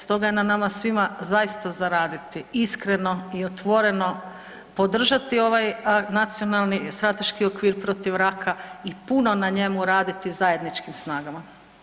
Stoga je na nama svima zaista za raditi iskreno i otvoreno podržati ovaj Nacionalni strateški okvir protiv raka i puno na njemu raditi zajedničkim snagama.